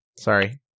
Sorry